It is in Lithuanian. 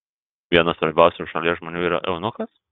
vienas svarbiausių šalies žmonių yra eunuchas